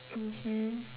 mmhmm